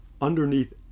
underneath